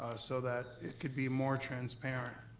ah so that it could be more transparent